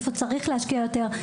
איפה צריך להשקיע יותר.